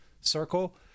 circle